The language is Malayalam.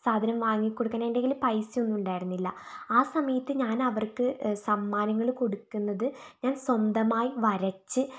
സാധനം വാങ്ങിക്കൊടുക്കാൻ എൻ്റെ കയ്യിൽ പൈസയൊന്നും ഉണ്ടായിരുന്നില്ല ആ സമയത്ത് ഞാൻ അവർക്ക് സമ്മാനങ്ങൾ കൊടുക്കുന്നത് ഞാൻ സ്വന്തമായി വരച്ച്